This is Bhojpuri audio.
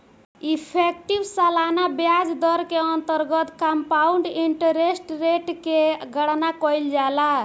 इफेक्टिव सालाना ब्याज दर के अंतर्गत कंपाउंड इंटरेस्ट रेट के गणना कईल जाला